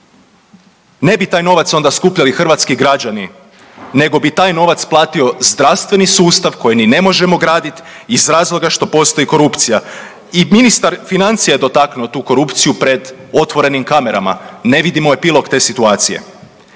Ne bi taj novac onda skupljali hrvatski građani, nego bi taj novac platio zdravstveni sustav kojeg ni ne možemo graditi iz razloga što postoji korupcija. I ministar financija je dotaknuo tu korupciju pred otvorenim kamerama. Ne vidimo epilog te situacije.